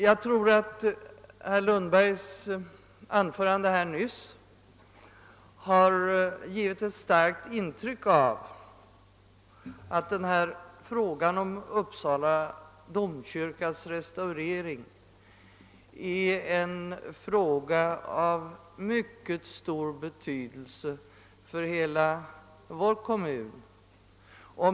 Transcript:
Jag tror att herr Lundbergs anförande nyss givit ett starkt intryck av att frågan om Uppsala domkyrkas restaurering är av mycket stor betydelse för hela vår kommun.